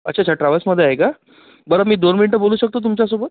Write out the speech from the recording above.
अच्छा अच्छा ट्रावल्समध्ये आहे का बरं मी दोन मिनटं बोलू शकतो तुमच्यासोबत